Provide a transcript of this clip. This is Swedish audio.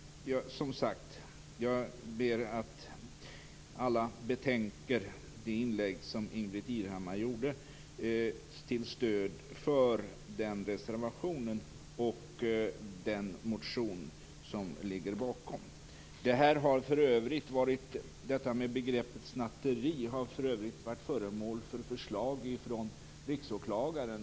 Jag ber att alla betänker det inlägg som Ingbritt Irhammar gjorde till stöd för den reservationen och den motion som ligger bakom. Begreppet snatteri har för övrigt varit föremål för förslag från Riksåklagaren.